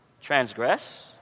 Transgress